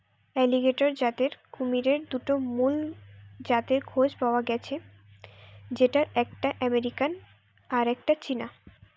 alligator জাতের কুমিরের দুটা মুল জাতের খোঁজ পায়া গ্যাছে যেটার একটা আমেরিকান আর একটা চীনা